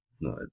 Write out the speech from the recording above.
No